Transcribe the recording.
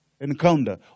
encounter